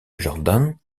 jordan